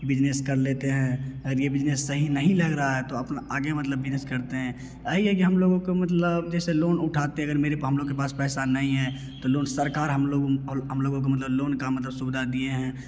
business कर लेते हैं अगर ये बिजनेस सही नहीं लग रहा है तो आगे मतलब अपना बिजनेस करते हैं अही है कि हम लोगों को मतलब जैसे लोन उठाते अगर मेरे पास हम लोग के पास पैसा नहीं है तो लोन सरकार हम लोगों को हम लोगों को मतलब लोन का मतलब सुविधा दिए हैं